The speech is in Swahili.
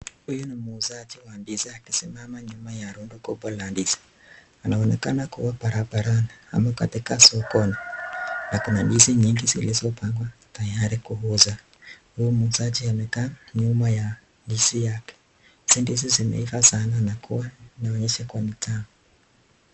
Huyu ni muuzaji wa ndizi akisimama nyuma ya rondo kupa nyeuzi anaonekana kuwa barabarani ama katika sokoni ako na ndizi zilizoyapakwa tayari kuuza huyu muuzaji ameka nyuma ndizi yake hizi ndizi zimeivaa sana na inaweza kuwa tamu.